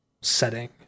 setting